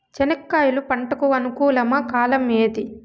చెనక్కాయలు పంట కు అనుకూలమా కాలం ఏది?